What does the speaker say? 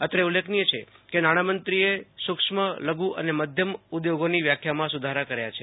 અત્રે ઉલ્લેખનીય છે કે નાણામંત્રીએ સુક્ષ્મ મધ્યમ અને લઘુ ઉદ્યોગોની વ્યાખ્યામાં સુધારા કર્યા છે